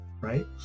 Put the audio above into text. right